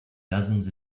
dozens